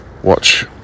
Watch